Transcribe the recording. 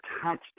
attached